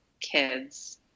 kids